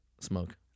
smoke